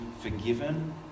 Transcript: forgiven